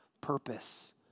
purpose